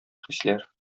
хисләр